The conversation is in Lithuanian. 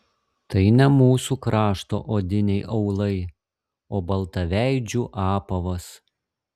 tai ne mūsų krašto odiniai aulai o baltaveidžių apavas